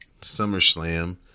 Summerslam